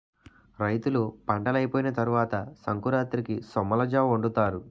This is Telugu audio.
రైతులు పంటలైపోయిన తరవాత సంకురాతిరికి సొమ్మలజావొండుతారు